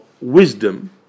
wisdom